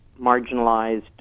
marginalized